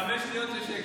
חמש שניות של שקט.